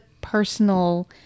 personal